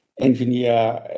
engineer